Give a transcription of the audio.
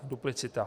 Duplicita.